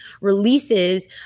releases